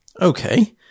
Okay